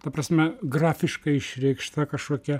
ta prasme grafiškai išreikšta kažkokia